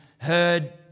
heard